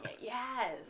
Yes